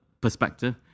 perspective